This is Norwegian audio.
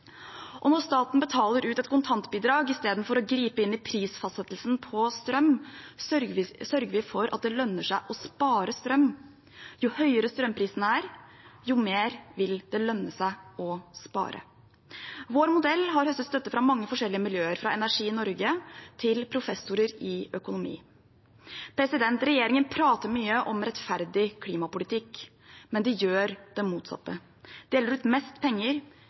Og når staten betaler ut et kontantbidrag i stedet for å gripe inn i prisfastsettelsen på strøm, sørger vi for at det lønner seg å spare strøm. Jo høyere strømprisen er, jo mer vil det lønne seg å spare. Vår modell har høstet støtte fra mange forskjellige miljøer, fra Energi Norge til professorer i økonomi. Regjeringen prater mye om rettferdig klimapolitikk, men de gjør det motsatte. De deler ut mest penger